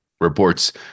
reports